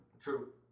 True